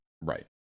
right